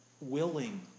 willing